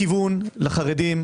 כיוון לחרדים,